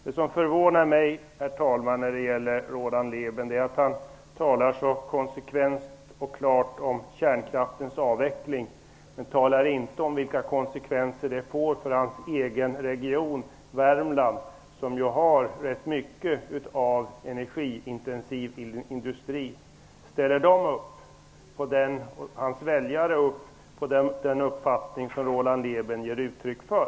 Det som förvånar mig, herr talman, är att Roland Lében talar så konsekvent och klart om kärnkraftens avveckling men inte om vilka konsekvenser det får för hans egen region, Värmland, som ju har ganska mycket energiintensiv industri. Ställer de och hans väljare upp på den uppfattning som Roland Lében ger uttryck för?